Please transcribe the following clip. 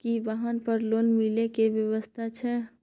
की वाहन पर लोन मिले के व्यवस्था छै?